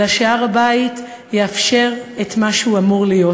אלא שהר-הבית יאפשר את מה שהוא אמור להיות,